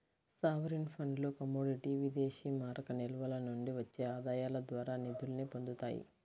sovereign ఫండ్లు commodity విదేశీమారక నిల్వల నుండి వచ్చే ఆదాయాల ద్వారా నిధుల్ని పొందుతాయి